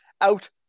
out